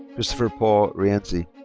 christopher paul rienzi.